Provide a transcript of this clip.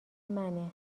منه